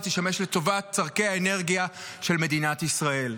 ישמש לטובת צורכי האנרגיה של מדינת ישראל.